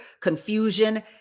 confusion